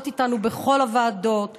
את הקלדניות שנמצאות איתנו בכל הוועדות,